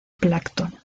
plancton